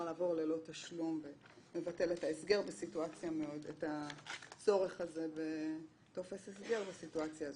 לעבור ללא תשלום ולבטל את הצורך בטופס הסגר בסיטואציה הזאת.